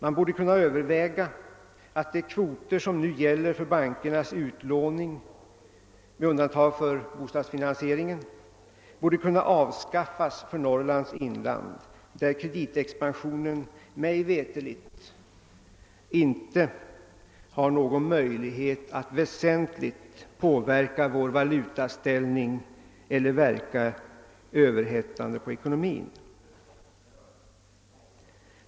Man borde kunna överväga att de kvoter som nu gäller för bankernas utlåning, med undantag för bostadsfinansieringen, avskaffades för Norrlands inland där kreditexpansionen mig veterligt inte har någon möjlighet att väsentligt förändra vår valutaställning eller verka överhettande på ekonomin.